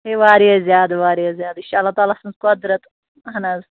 ہے واریاہ زیادٕ واریاہ زیادٕ یہِ چھِ اللہ تعالیٰ سٕنٛز قۄدرَت اَہَن حظ